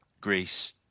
Greece